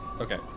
Okay